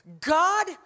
God